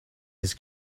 his